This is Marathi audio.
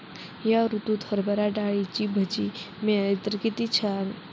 या ऋतूत हरभरा डाळीची भजी मिळाली तर कित्ती छान